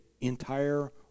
entire